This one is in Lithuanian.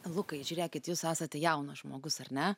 lukai žiūrėkit jūs esate jaunas žmogus ar ne